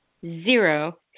zero